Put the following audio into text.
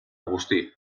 agustí